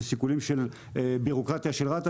אלה שיקולי ביורוקרטיה של רת"א,